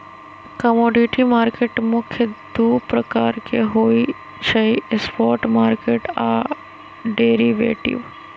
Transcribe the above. commodity market मुख्य दु प्रकार के होइ छइ स्पॉट मार्केट आऽ डेरिवेटिव